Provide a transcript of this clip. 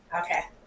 Okay